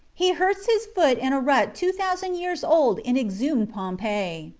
he hurts his foot in a rut two thousand years old in exhumed pompeii,